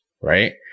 right